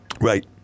Right